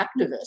activists